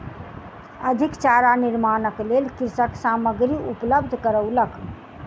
अधिक चारा निर्माणक लेल कृषक सामग्री उपलब्ध करौलक